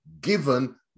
given